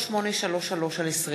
אחר צהריים טובים,